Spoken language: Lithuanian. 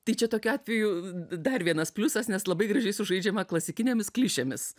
tai čia tokiu atveju dar vienas pliusas nes labai gražiai sužaidžiama klasikinėmis klišėmis